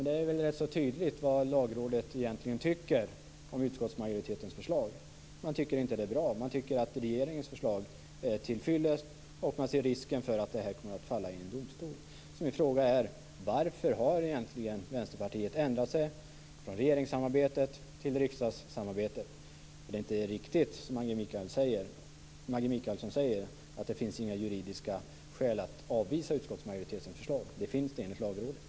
Det är väl rätt tydligt vad Lagrådet egentligen tycker om utskottsmajoritetens förslag. Man tycker inte att det är bra. Man tycker att regeringens förslag är tillfyllest, och man ser risken för att det kommer att falla i en domstol. Min fråga är varför Vänsterpartiet har ändrat sig och har en uppfattning i regeringssamarbetet och en i riksdagssamarbetet. Det är inte riktigt som Maggi Mikaelsson säger, dvs. att det inte finns några juridiska skäl för att avvisa utskottsmajoritetens förslag. Det finns det enligt Lagrådet.